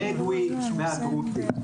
הבדואי והדרוזי,